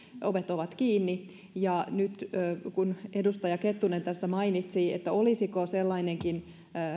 ovet ovat kiinni kuten edustaja kettunen tässä mainitsi olisiko sellainenkin